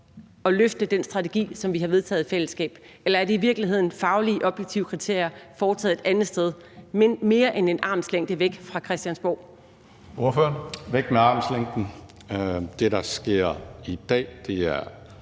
og løfte den strategi, som vi har vedtaget i fællesskab, eller skal det i virkeligheden være faglige, objektive kriterier udarbejdet et andet sted, men mere end en armslængde væk fra Christiansborg? Kl. 16:55 Tredje næstformand (Karsten